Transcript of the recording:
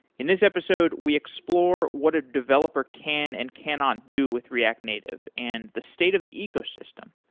in this episode we explore what a developer can and cannot do with react native and the state of the ecosystem,